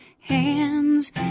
hands